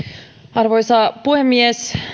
arvoisa puhemies